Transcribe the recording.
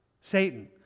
Satan